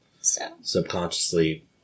Subconsciously